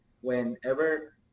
whenever